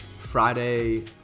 Friday